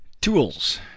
Tools